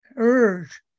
urge